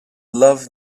love